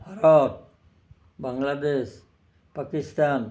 Bharat Bangladesh Pakistan